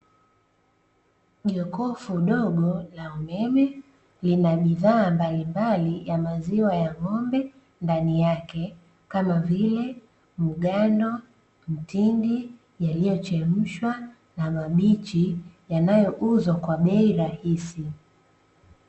Jokofu dogo la umeme linabidhaa mbalimbali ya maziwa ya ng’ombe ndani yake kamavile mgando, mtindi, yaliyo chemshwa na mabichi yanayo uzwa kwa bei rahisi.